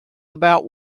about